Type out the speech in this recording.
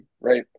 right